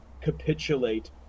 capitulate